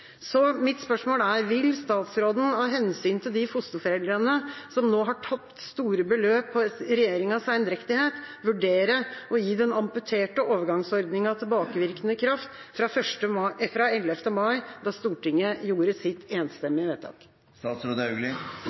Så mitt spørsmål er: Vil statsråden, av hensyn til de fosterforeldrene som nå har tapt store beløp på regjeringas sendrektighet, vurdere å gi den amputerte overgangsordningen tilbakevirkende kraft fra 11. mai, da Stortinget gjorde sitt enstemmige